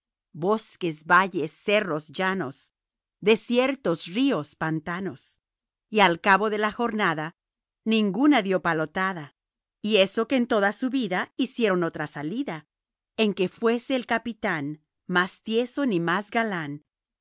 bosques valles cerros llanos desiertos ríos pantanos y al cabo de la jornada ninguna dió palotada y eso que en toda su vida hicieron otra salida en que fuese el capitán más tieso ni más galán